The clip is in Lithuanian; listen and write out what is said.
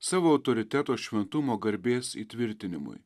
savo autoriteto šventumo garbės įtvirtinimui